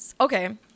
okay